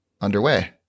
underway